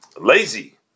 lazy